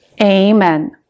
amen